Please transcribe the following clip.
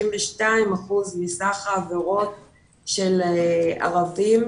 כשאנחנו מדברים על עבירות מאוד חמורות של רצח והריגה,